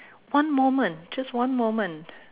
one moment just one moment